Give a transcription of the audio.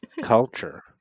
culture